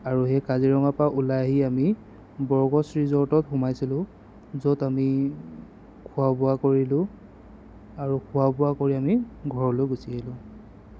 আৰু সেই কাজিৰঙাৰপৰা ওলাই আহি আমি বৰগজ ৰিজৰ্টত সোমাইছিলোঁ য'ত আমি খোৱা বোৱা কৰিলোঁ আৰু খোৱা বোৱা কৰি আমি ঘৰলৈ গুচি আহিলোঁ